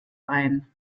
ein